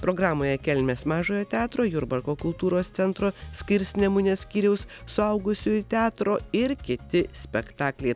programoje kelmės mažojo teatro jurbarko kultūros centro skirsnemunės skyriaus suaugusiųjų teatro ir kiti spektakliai